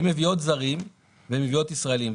הן מביאות זרים ומביאות ישראלים.